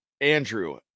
Andrew